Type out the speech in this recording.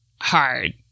hard